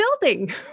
building